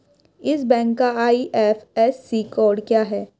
इस बैंक का IFSC code क्या है?